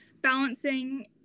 balancing